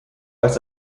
als